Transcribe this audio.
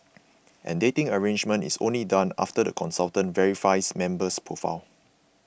and dating arrangement is only done after the consultant verifies member's profile